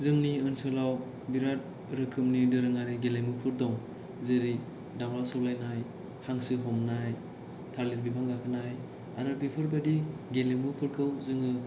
जोंनि ओनसोलाव बिराद रोखोमनि दोरोङारि गेलेमुफोर दं जेरै दाउला सौलायनाय हांसो हमनाय थालिर बिफां गाखोनाय आरो बेफोरबादि गेलेमुफोरखौ जोङो